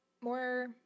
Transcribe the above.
more